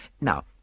Now